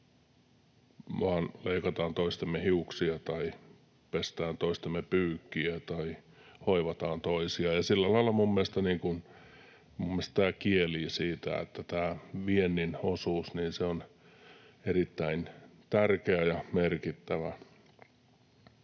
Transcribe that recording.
vaan leikataan toistemme hiuksia tai pestään toistemme pyykkiä tai hoivataan toisia, ja sillä lailla minun mielestäni tämä kielii siitä, että tämä viennin osuus on erittäin tärkeä ja merkittävä.